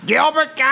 Gilbert